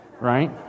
right